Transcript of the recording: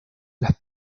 las